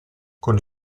con